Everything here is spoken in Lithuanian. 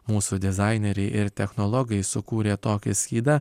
mūsų dizaineriai ir technologai sukūrė tokį skydą